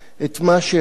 את מה שהיה.